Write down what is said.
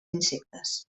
insectes